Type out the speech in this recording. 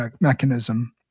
mechanism